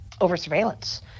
over-surveillance